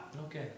Okay